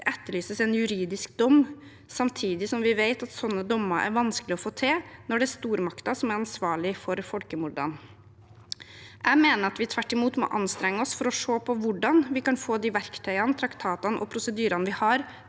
Det etterlyses en juridisk dom, samtidig som vi vet at slike dommer er vanskelige å få til når det er stormakter som er ansvarlige for folkemordene. Jeg mener at vi tvert imot må anstrenge oss for å se på hvordan vi kan få de verktøyene, traktatene og prosedyrene vi har,